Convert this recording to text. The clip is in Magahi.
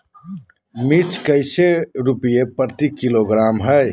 मिर्च कैसे रुपए प्रति किलोग्राम है?